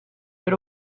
but